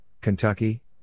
Kentucky